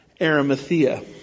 Arimathea